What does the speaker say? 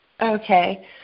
Okay